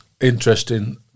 Interesting